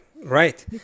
right